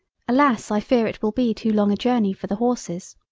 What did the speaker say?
alas i fear it will be too long a journey for the horses.